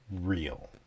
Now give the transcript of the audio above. real